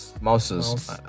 mouses